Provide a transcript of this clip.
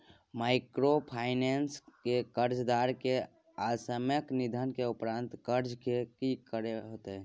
Microfinance के कर्जदार के असामयिक निधन के उपरांत कर्ज के की होतै?